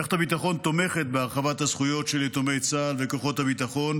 מערכת הביטחון תומכת בהרחבת הזכויות של יתומי צה"ל וכוחות הביטחון,